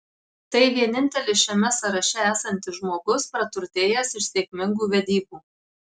tai vienintelis šiame sąraše esantis žmogus praturtėjęs iš sėkmingų vedybų